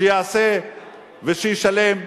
שיעשה וישלם.